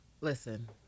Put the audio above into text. Listen